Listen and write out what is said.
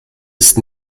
ist